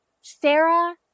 Sarah